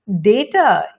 data